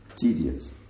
tedious